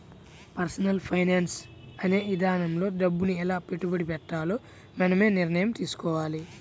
personal finance అనే ఇదానంలో డబ్బుని ఎలా పెట్టుబడి పెట్టాలో మనమే నిర్ణయం తీసుకోవాలి